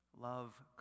Love